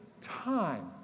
time